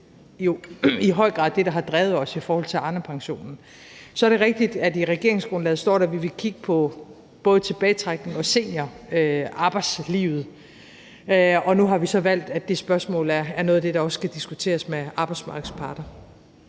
i høj grad det, der har drevet os i forhold til Arnepensionen. Så er det rigtigt, at der i regeringsgrundlaget står, at vi vil kigge på både tilbagetrækning og seniorarbejdslivet, og nu har vi så valgt, at det spørgsmål er noget af det, der også skal diskuteres med arbejdsmarkedets parter.